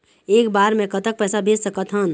एक बार मे कतक पैसा भेज सकत हन?